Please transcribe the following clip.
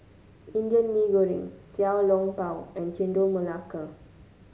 Indian Mee Goreng Xiao Long Bao and Chendol Melaka